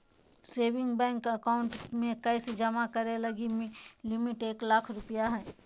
saving bank account में cash जमा करे लगी लिमिट एक लाख रु हइ